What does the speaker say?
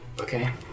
okay